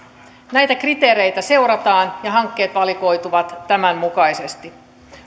näitä kriteereitä seurataan ja hankkeet valikoituvat tämän mukaisesti